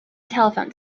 telephone